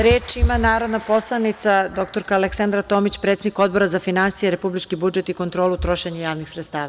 Reč ima narodna poslanica dr Aleksandra Tomić, predsednik Odbora za finansije, republički budžet i kontrolu trošenja javnih sredstava.